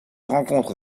rencontre